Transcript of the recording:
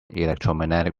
electromagnetic